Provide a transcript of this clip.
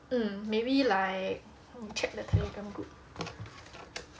mm maybe like check the telegram group